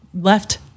left